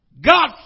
God